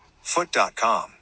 foot.com